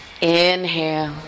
Inhale